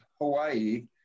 Hawaii